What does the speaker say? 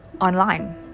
online